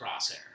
Crosshair